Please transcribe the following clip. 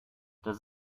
does